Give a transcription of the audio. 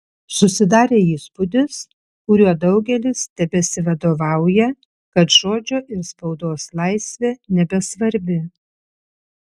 susidarė įspūdis kuriuo daugelis tebesivadovauja kad žodžio ir spaudos laisvė nebesvarbi